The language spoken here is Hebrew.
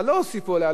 לא הרחיבו אותה,